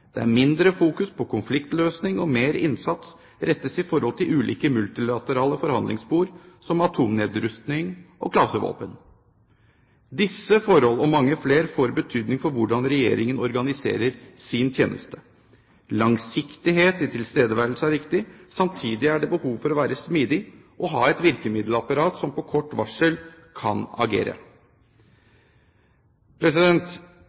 Det er mindre fokus på konfliktløsning, og mer innsats rettes mot ulike multilaterale forhandlingsspor, som gjelder atomnedrustning og klasevåpen. Disse forhold, og mange flere, får betydning for hvordan Regjeringen organiserer sin tjeneste. Langsiktighet i tilstedeværelse er viktig. Samtidig er det behov for å være smidig og ha et virkemiddelapparat som på kort varsel kan agere.